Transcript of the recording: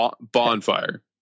Bonfire